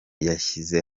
yashyize